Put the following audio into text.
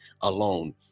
alone